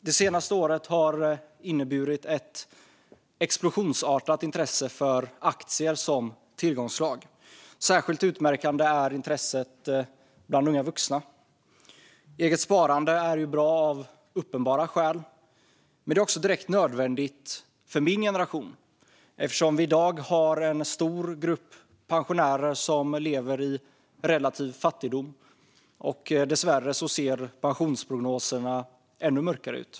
Det senaste året har inneburit ett explosionsartat intresse för aktier som tillgångsslag. Särskilt utmärkande är intresset bland unga vuxna. Eget sparande är bra av uppenbara skäl, men det är också direkt nödvändigt för min generation. Sverige har i dag har en stor grupp pensionärer som lever i relativ fattigdom, och dessvärre ser pensionsprognoserna ännu mörkare ut.